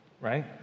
Right